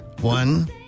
One